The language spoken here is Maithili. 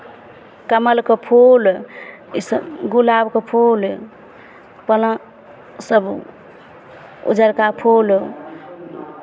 कमलके फूल इसभ गुलाबके फूल पलाँ सभ उजरका फूल